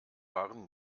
waren